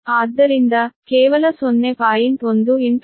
ಆದ್ದರಿಂದ ಕೇವಲ 0